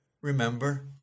remember